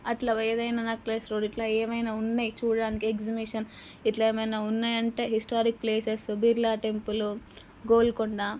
అట్లా ఏదైనా necklace road ఇట్లా ఏమైనా ఉన్నయ్ చూడ్డానికి ఎగ్జిబిషన్ ఇట్లా ఏమైనా ఉన్నయి అంటే historic places Birla temple Golconda